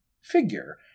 figure